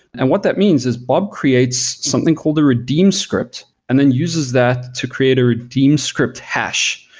and what that means is bob creates something called a redeem script and then uses that to create a redeem script hash,